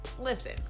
listen